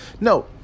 no